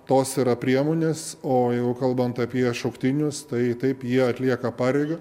tos yra priemonės o jau kalbant apie šauktinius tai taip jie atlieka pareigą